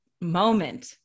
moment